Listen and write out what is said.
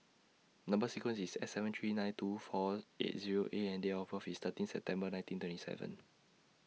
Number sequence IS S seven three nine two four eight Zero A and Date of birth IS thirteenth September nineteen twenty seven